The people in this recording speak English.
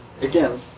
again